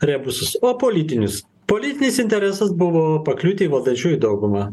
rebusus o politinius politinis interesas buvo pakliūti į valdančiųjų daugumą